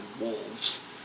wolves